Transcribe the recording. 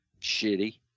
Shitty